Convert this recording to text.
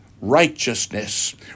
righteousness